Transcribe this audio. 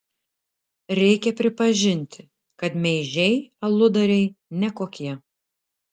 reikia pripažinti kad meižiai aludariai ne kokie